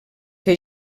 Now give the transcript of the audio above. que